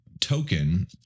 token